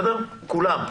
כולם.